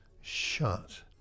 shut